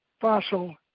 fossil